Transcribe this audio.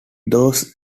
those